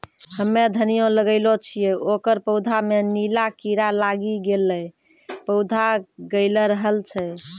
हम्मे धनिया लगैलो छियै ओकर पौधा मे नीला कीड़ा लागी गैलै पौधा गैलरहल छै?